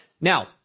Now